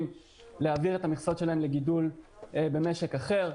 להעביר את המכסות שלהם לגידול במשק אחר.